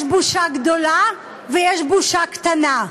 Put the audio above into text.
יש בושה גדולה ויש בושה קטנה.